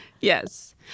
Yes